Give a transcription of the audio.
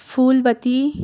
فولوتی